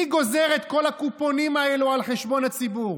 מי גוזר את כל הקופונים האלה על חשבון הציבור?